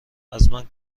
ازمن